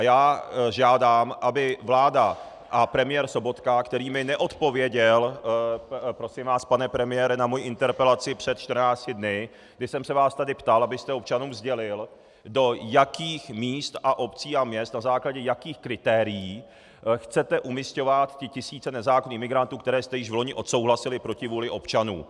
Já žádám, aby vláda a premiér Sobotka, který mi neodpověděl prosím vás, pane premiére na moji interpelaci před 14 dny, kdy jsem se vás tady ptal, abyste občanům sdělil, do jakých míst a obcí a měst, na základě jakých kritérií chcete umisťovat ty tisíce nezákonných imigrantů, které jste již vloni odsouhlasili proti vůli občanů.